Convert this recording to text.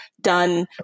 done